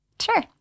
Sure